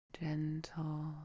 gentle